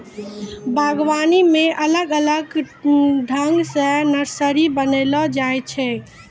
बागवानी मे अलग अलग ठंग से नर्सरी बनाइलो जाय छै